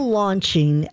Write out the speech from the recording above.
launching